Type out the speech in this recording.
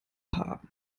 haben